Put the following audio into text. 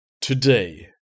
today